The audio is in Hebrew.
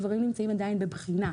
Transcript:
הדברים נמצאים עדיין בבחינה.